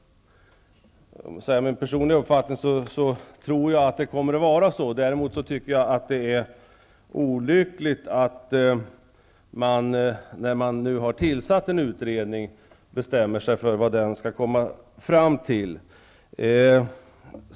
Min personliga uppfattning är att det kommer att vara så. Däremot tycker jag att det är olyckligt att man, när man nu har tillsatt en utredning, bestämmer sig för vad den skall komma fram till.